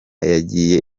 yagiye